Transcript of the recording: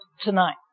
tonight